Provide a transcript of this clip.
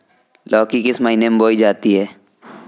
लौकी किस महीने में बोई जाती है?